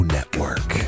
Network